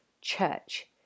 church